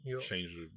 change